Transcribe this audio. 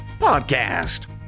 podcast